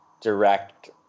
direct